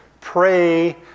pray